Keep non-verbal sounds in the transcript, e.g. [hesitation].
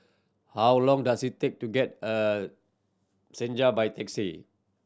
how long does it take to get [hesitation] Senja by taxi